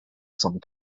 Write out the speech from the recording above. some